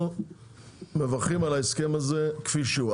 אנחנו מברכים על ההסכם הזה כפי שהוא,